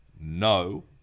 No